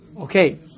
okay